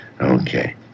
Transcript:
Okay